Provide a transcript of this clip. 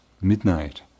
midnight